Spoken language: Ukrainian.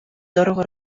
дорого